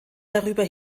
darüber